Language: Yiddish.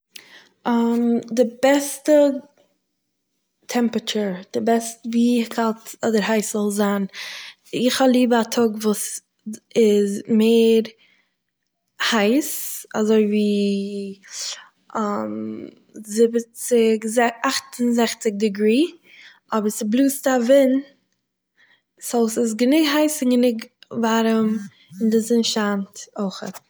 די בעסטע טעמפראטשור - די בעסט ווי איך האלט ווי הייס זאל זיין, איך האב ליב א טאג וואס איז מער הייס, אזויווי זיבעציג, זע- אכט-און-זעכציג דעגרי, אבער ס'בלאזט א ווינט סו ס'איז גענוג הייס און גענוג ווארים און די זון שיינט אויכ'עט